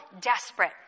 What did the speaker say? desperate